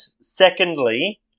secondly